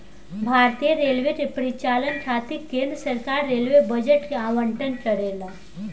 भारतीय रेलवे के परिचालन खातिर केंद्र सरकार रेलवे बजट के आवंटन करेला